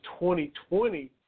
2020